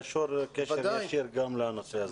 קשור קשר ישיר גם לנושא הזה.